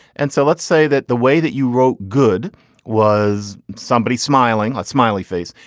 and so let's say that the way that you wrote good was somebody smiling, a smiley face,